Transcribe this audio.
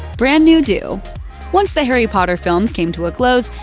brand new do once the harry potter films came to a close,